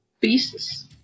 Beasts